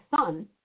son